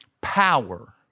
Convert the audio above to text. power